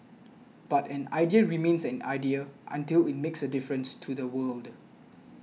but an idea remains an idea until it makes a difference to the world